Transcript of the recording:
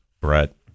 brett